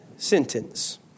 Sentence